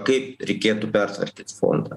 kaip reikėtų pertvarkyt fondą